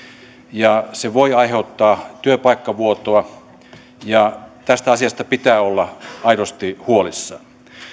ja se voi aiheuttaa työpaikkavuotoa ja tästä asiasta pitää olla aidosti huolissaan